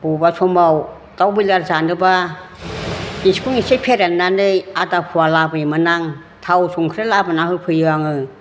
बबैबा समाव दाव बयलार जानोबा एसेखौनो एसे फेरेननानै आदा फवा लाबोयोमोन आं थाव संख्रि लाबोनानै होफैयो आङो